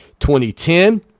2010